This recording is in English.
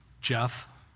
Jeff